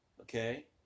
okay